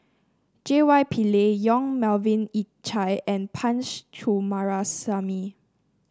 J Y Pillay Yong Melvin Yik Chye and Punch Coomaraswamy